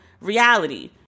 reality